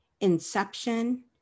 inception